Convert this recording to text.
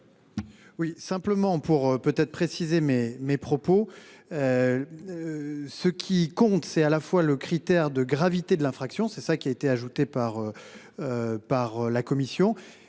Oui simplement pour peut-être préciser mes mes propos. Ce qui compte c'est à la fois le critère de gravité de l'infraction. C'est ça qui a été ajouté par. Par la commission